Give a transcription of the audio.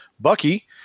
Bucky